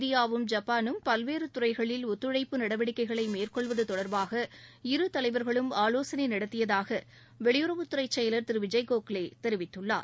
இந்தியாவும் ஐப்பானும் பல்வேறு துறைகளில் ஒத்துழைப்பு நடவடிக்கைகளை மேற்கொள்வது தொடர்பாக இருதலைவர்களும் ஆலோகனை நடத்தியதாக வெளியுறவுத்துறை செயலர் திரு விஜய் கோகலே தெரிவித்துள்ளார்